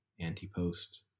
anti-post